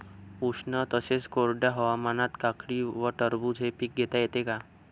उष्ण तसेच कोरड्या हवामानात काकडी व टरबूज हे पीक घेता येते का?